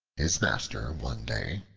his master one day,